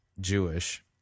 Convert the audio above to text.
Jewish